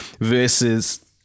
Versus